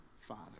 father